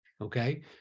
Okay